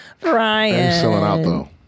Brian